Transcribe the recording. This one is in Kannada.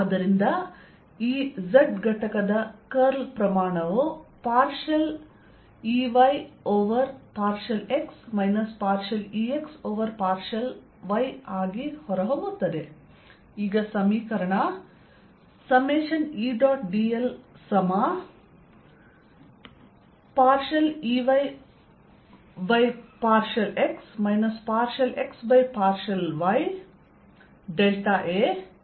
ಆದ್ದರಿಂದ E z ಘಟಕದ ಕರ್ಲ್ ಪ್ರಮಾಣವು partial Ey over partial x minus partial Ex over partial y ಆಗಿ ಹೊರಹೊಮ್ಮುತ್ತದೆ